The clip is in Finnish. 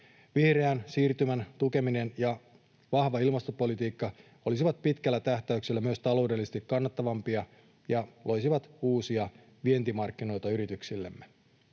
Vihreän siirtymän tukeminen ja vahva ilmastopolitiikka olisivat pitkällä tähtäyksellä myös taloudellisesti kannattavampia ja loisivat uusia vientimarkkinoita yrityksillemme.